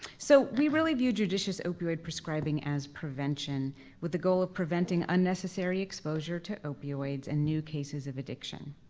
so we really view judicious opioid prescribing as prevention with the goal of preventing unnecessary exposure to opioids and new cases of addiction.